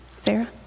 Sarah